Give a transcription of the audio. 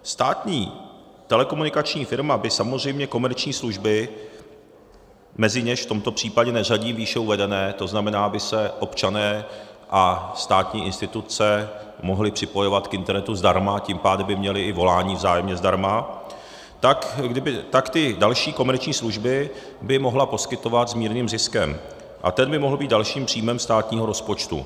Státní telekomunikační firma by samozřejmě komerční služby, mezi něž v tomto případě neřadí výše uvedené, to znamená, by se občané a státní instituce mohli připojovat k internetu zdarma, tím pádem by měli i volání vzájemně zdarma, tak ty další komerční služby by mohla poskytovat s mírným ziskem a ten by mohl být dalším příjmem státního rozpočtu.